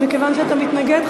מכיוון שאתה מתנגד,